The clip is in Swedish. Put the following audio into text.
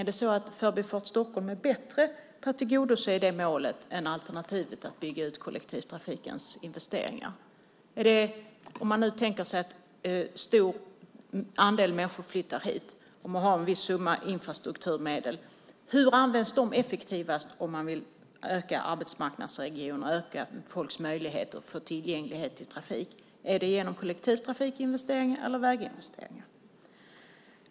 Är Förbifart Stockholm bättre på att tillgodose det målet än alternativet som är att bygga ut kollektivtrafiken? Om man tänker sig att en stor andel människor flyttar hit och man har en viss summa i infrastrukturmedel blir frågan hur de används effektivast om man vill öka arbetsmarknadsregionen och öka folks möjligheter till tillgänglighet i trafiken. Är det genom kollektivtrafikinvesteringar eller genom väginvesteringar?